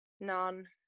None